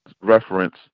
reference